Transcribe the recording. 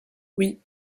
oui